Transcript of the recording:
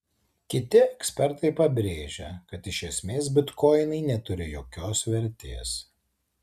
kiti ekspertai pabrėžia kad iš esmės bitkoinai neturi jokios vertės